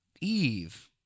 Eve